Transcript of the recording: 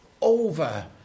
over